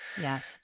Yes